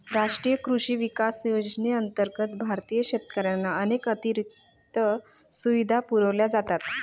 राष्ट्रीय कृषी विकास योजनेअंतर्गत भारतीय शेतकऱ्यांना अनेक अतिरिक्त सुविधा पुरवल्या जातात